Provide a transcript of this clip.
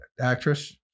actress